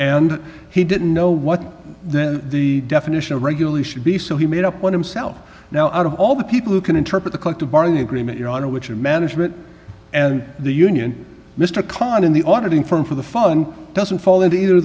and he didn't know what the definition of regularly should be so he made up one himself now out of all the people who can interpret the collective bargaining agreement your honor which is management and the union mr khan in the auditing firm for the fun doesn't fall into either